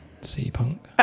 C-Punk